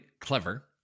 clever